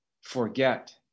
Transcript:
forget